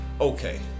okay